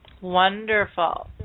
Wonderful